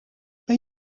ben